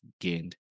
gained